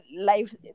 life